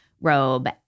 robe